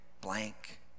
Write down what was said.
blank